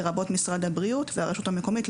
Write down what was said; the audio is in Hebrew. לרבות משרד הבריאות והרשות המקומית,